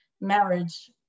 marriage